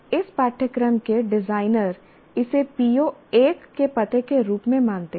इसलिए इस पाठ्यक्रम के डिजाइनर इसे PO1 के पते के रूप में मानते हैं